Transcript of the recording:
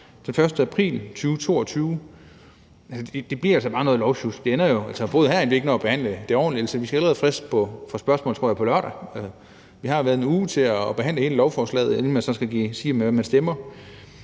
den 1. april 2022. Det bliver altså bare noget lovsjusk. Det ender jo med, at vi ikke når at behandle forslaget ordentligt. Ifølge det her er der frist for spørgsmål på lørdag, tror jeg. Vi har 1 uge til at behandle hele lovforslaget, inden man så skal sige, hvordan man stemmer.